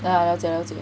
yeah 了解了解